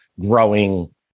growing